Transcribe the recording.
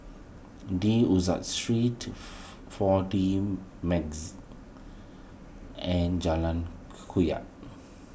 De Street four D and Jalan